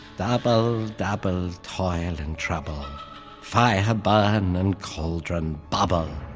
double, double toil and trouble fire burn, and caldron bubble.